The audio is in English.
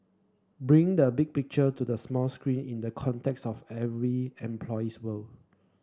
bringing the big picture to the small screen in the context of every employee's world